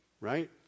right